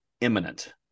imminent